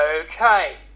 okay